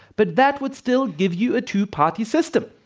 but that would still give you a two-party system.